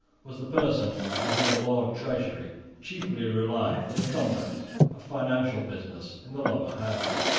was the person on whom the lord treasurer chiefly relied for the conduct of financial business in the lower house.